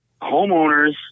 Homeowners